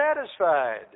satisfied